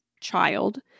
child